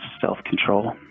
self-control